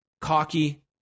cocky